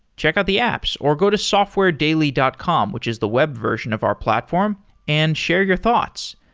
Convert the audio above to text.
check out the apps or go to softwaredaily dot com, which is the web version of our platform and share your thoughts.